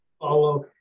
follow